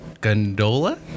gondola